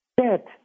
dead